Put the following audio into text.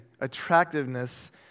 attractiveness